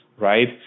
right